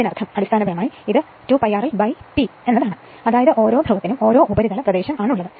അതിനർത്ഥം അടിസ്ഥാനപരമായി ഇത് 2 π rl P ആണ് അതായത് ഓരോ ധ്രുവത്തിനും ഓരോ ഉപരിതല പ്രദേശം ആണ് ഉള്ളത്